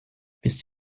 wisst